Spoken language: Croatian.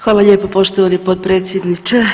Hvala lijepo poštovani potpredsjedniče.